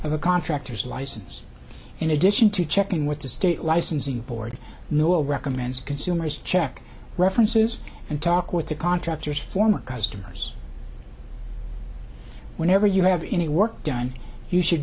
a contractor's license in addition to checking with the state licensing board no recommends consumers check references and talk with the contractors former customers whenever you have any work done you should